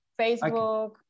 Facebook